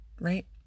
Right